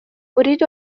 أريد